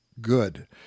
good